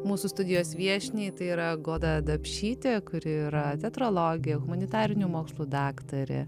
mūsų studijos viešniai tai yra goda dapšytė kuri yra teatrologė humanitarinių mokslų daktarė